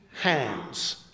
hands